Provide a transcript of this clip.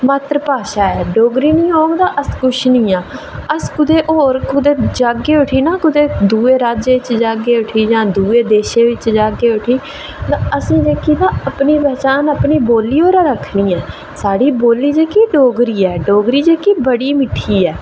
मात्तरभाशा ऐ डोगरी निं होग तां अस किश निं आं अस होर कुतै जाह्गे उठी ना कुतै होर राज्य च जाह्गे उठी जां दुऐ देशै च जाह्गे उठी ते असें जेह्की अपनी पन्छान तां अपनी बोल्ली परा रक्खनी ऐ साढ़ी बोल्ली जेह्की डोगरी ऐ ते डोगरी जेह्की बड़ी मिट्ठी ऐ